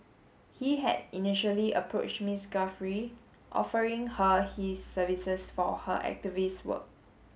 he had initially approach Miss Guthrie offering her his services for her activist work